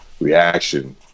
reaction